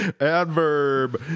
Adverb